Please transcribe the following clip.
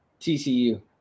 TCU